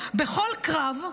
בכל קרב,